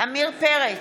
עמיר פרץ,